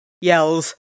Yells